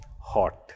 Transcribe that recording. hot